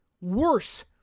Worse